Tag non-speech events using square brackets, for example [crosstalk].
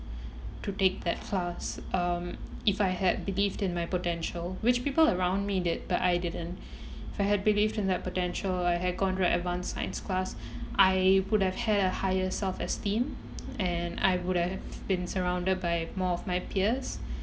to take that class um if I had believed in my potential which people around me did but I didn't [breath] I had believed in that potential I had gone right advanced science class I could have had a higher self-esteem and I would have been surrounded by more of my peers